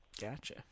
gotcha